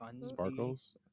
Sparkles